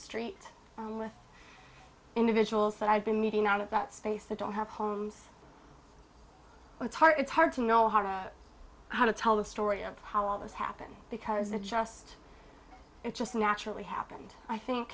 with individuals that i've been meeting out of that space that don't have homes well it's hard it's hard to know how to how to tell the story of how all this happened because it just it just naturally happened i think